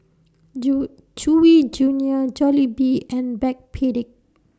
Chewy Junior Jollibee and Backpedic